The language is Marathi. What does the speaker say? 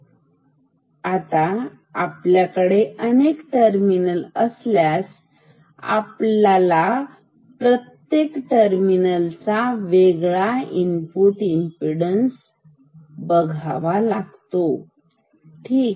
तर आता आपल्याकडे अनेक टर्मिनल असल्यास आपल्याकडे प्रत्येक टर्मिनल चा वेगळा इनपुट इमपीडन्स आहे ठीक